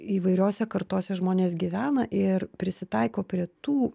įvairiose kartose žmonės gyvena ir prisitaiko prie tų